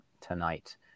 tonight